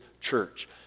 church